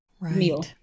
meal